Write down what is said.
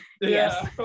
Yes